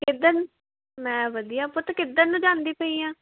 ਇਧਰ ਮੈਂ ਵਧੀਆ ਪੁੱਤ ਕਿੱਧਰ ਨੂੰ ਜਾਂਦੀ ਪਈ ਆ